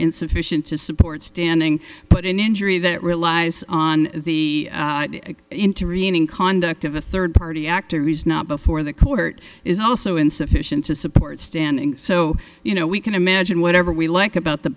insufficient to support standing but an injury that relies on the into remaining conduct of a third party activities not before the court is also insufficient to support standing so you know we can imagine whatever we like about the